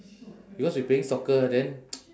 because we playing soccer then